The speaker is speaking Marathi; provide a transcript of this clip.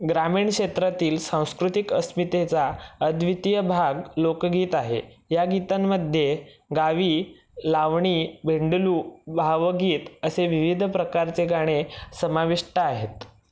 ग्रामीण क्षेत्रातील सांस्कृतिक अस्मितेचा अव्दितीय भाग लोकगीत आहे या गीतांमध्ये गावी लावणी वेंडलु भावगीत असे विविध प्रकारचे गाणे समाविष्ट आहेत